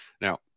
Now